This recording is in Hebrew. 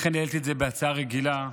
לכן העליתי את זה בהצעה רגילה.